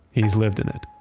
he's lived in it